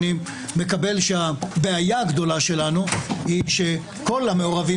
אני מקבל שהבעיה הגדולה שלנו שכל המעורבים